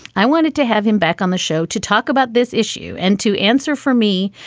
i wanted to have him back on the show to talk about this issue and to answer for me.